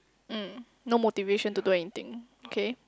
mm no motivation to do anything okay